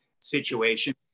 situation